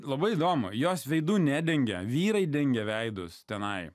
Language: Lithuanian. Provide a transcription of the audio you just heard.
labai įdomu jos veidu nedengia vyrai dengia veidus tenai